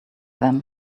them